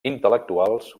intel·lectuals